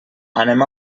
anem